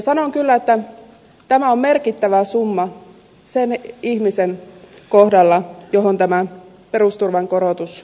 sanon kyllä että tämä on merkittävä summa sen ihmisen kohdalla johon tämä perusturvan korotus kohdistuu